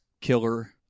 killer